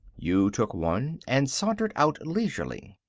you took one and sauntered out leisurely.